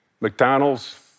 McDonald's